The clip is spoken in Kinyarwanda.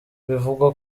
bivugwa